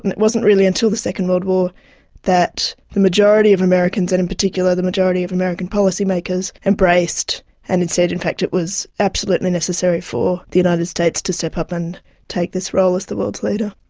and it wasn't really until the second world war that the majority of americans and in particular the majority of american policymakers embraced and said in fact it was absolutely necessary for the united states to step up and take this role as the world's leader.